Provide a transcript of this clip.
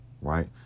right